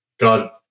God